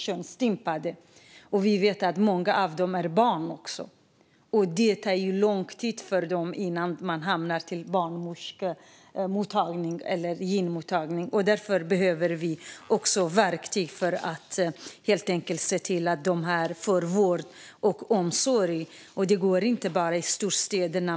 Vi vet också att många av dem är barn; det tar lång tid för dem innan de hamnar på barnmorskemottagning eller gynekologmottagning. Därför behöver vi också verktyg för att se till att de får vård och omsorg. Och man kan inte bara satsa på storstäderna.